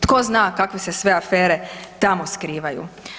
Tko zna kakve se sve afere tamo skrivaju.